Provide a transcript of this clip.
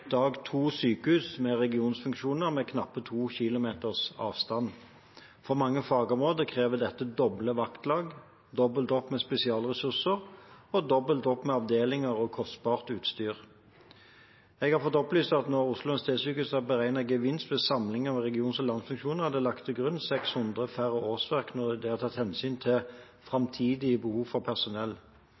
dag to sykehus med regionfunksjoner med knappe to kilometers avstand. For mange fagområder krever dette doble vaktlag, dobbelt opp med spesialressurser og dobbelt opp med avdelinger og kostbart utstyr. Jeg har fått opplyst at når Oslo universitetssykehus har beregnet gevinst ved samling av region- og landsfunksjoner, er det lagt til grunn 600 færre årsverk når det er tatt hensyn til framtidig behov for personell.